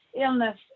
illness